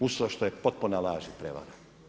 Uz to što je potpuna laž i prevara.